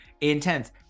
intense